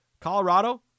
Colorado